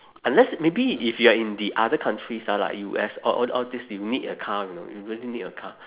unless maybe if you're in the other countries ah like U_S all all all these you need a car you know you really need a car